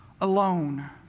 alone